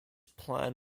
plan